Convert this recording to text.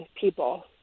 people